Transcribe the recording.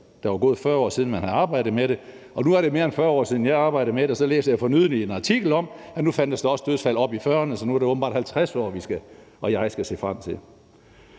der var gået 40 år, siden man havde arbejdet med det. Nu er det mere end 40 år siden, jeg har arbejdet med det, og så læser jeg for nylig en artikel om, at nu fandtes der også dødsfald op i 40'erne, så nu er det åbenbart 50 år, vi og jeg skal se frem til.